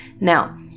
Now